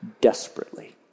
desperately